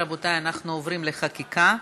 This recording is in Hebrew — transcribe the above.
רבותי, אנחנו עוברים לחקיקה.